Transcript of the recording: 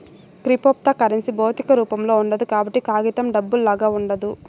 cryptocurrency భౌతిక రూపంలో ఉండదు కాబట్టి కాగితం డబ్బులాగా ఉండదు